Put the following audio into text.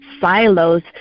silos